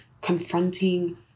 confronting